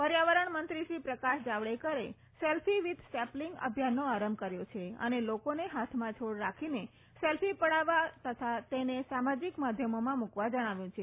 પર્યાવરણમંત્રીશ્રી પ્રકાશ જાવડેકરે selfie with sapling અભિયાનનો આરંભ કર્યો છે અને લોકોને ફાથમાં છોડ રાખીને સેલ્ફી પડાવવા તથા તેને સામાજિક માધ્યમોમાં મૂકવા જણાવ્યું છે